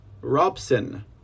Robson